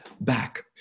back